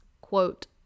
Quote